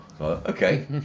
Okay